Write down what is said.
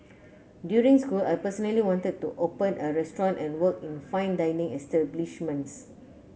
during school I personally wanted to open a restaurant and work in fine dining establishments